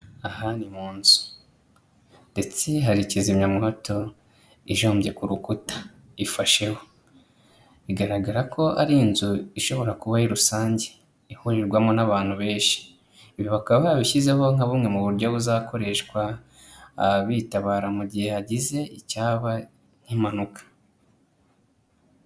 Aha ni mu nzu ndetse hari kizimyamwoto ijombye ku rukuta ifasheho, bigaragara ko ari inzu ishobora kuba ari rusange ihurirwamo n'abantu benshi, ibi bakaba barabishyizeho nka bumwe mu buryo buzakoreshwa, bitabara mu gihe hagize icyaba nk'impanuka.